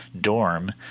dorm